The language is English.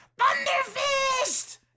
Thunderfist